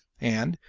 and,